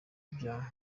ibyaha